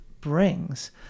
brings